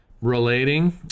relating